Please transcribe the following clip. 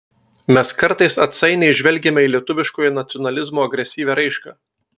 mes kartais atsainiai žvelgiame į lietuviškojo nacionalizmo agresyvią raišką